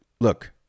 look